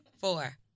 Four